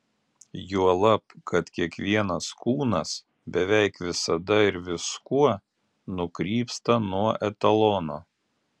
juolab kad kiekvienas kūnas beveik visada ir viskuo nukrypsta nuo etalono